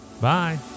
Bye